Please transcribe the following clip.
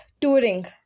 touring